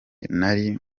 nari